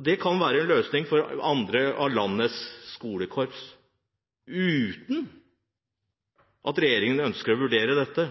Det kan være en løsning for andre av landets skolekorps, uten at regjeringen ønsker å vurdere dette,